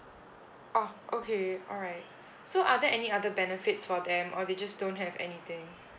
oh okay alright so are there any other benefits for them or they just don't have anything